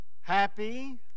happy